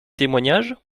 témoignages